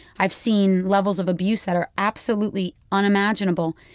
i've seen levels of abuse that are absolutely unimaginable,